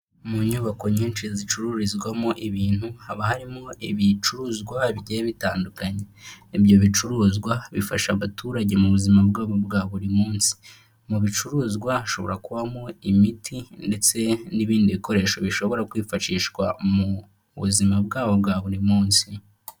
Mu nyubako nyinshi zicururizwamo ibintu haba harimo ibicuruzwa bigiye bitandukanye, ibyo bicuruzwa bifasha abaturage mu buzima bwabo bwa buri munsi, mu bicuruzwa hashobora kubamo imiti ndetse n'ibindi bikoresho bishobora kwifashishwa mu buzima bwabo bwa buri munsi.